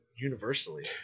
Universally